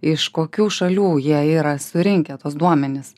iš kokių šalių jie yra surinkę tuos duomenis